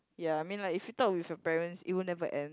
ya I mean like if you talk with your parents it will never end